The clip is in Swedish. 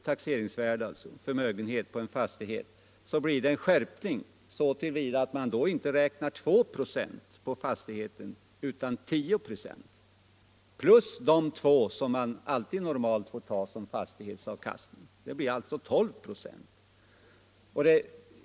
taxeringsvärde blir det en skärpning så till vida att man då inte räknar 2 96 på taxeringsvärdet utan 10 96 — plus de 2 96 som man normalt alltid får uppge som avkastning av fastigheten. Det blir alltså 12 96.